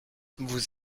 vous